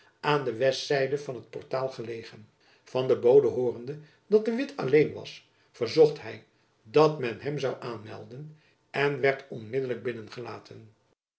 aan de westzijde van het portaal gelegen van den bode hoorende dat de witt alleen was verzocht hy dat men hem zoû aanmelden en werd onmiddelijk binnengelaten